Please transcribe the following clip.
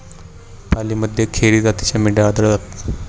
पालीमध्ये खेरी जातीच्या मेंढ्या आढळतात